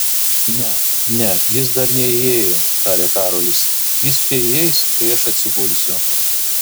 ne ne jis dar neįėjo tarė karolis jis čia įeis kai aš atsigulsiu